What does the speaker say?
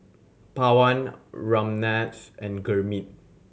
Pawan Ramnath and Gurmeet